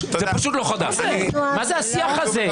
מספיק עם ההצגה הזאת.